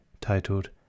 titled